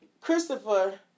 Christopher